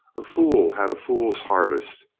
a fool had a fool's harvest.